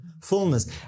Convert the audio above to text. fullness